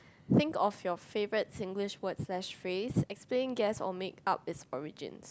think of your favourite Singlish word slash phrase explain guess or make up its origins